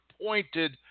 appointed